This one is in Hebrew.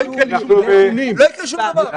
לא יקרה לי שום דבר.